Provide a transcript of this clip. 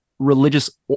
religious